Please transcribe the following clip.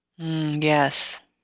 Yes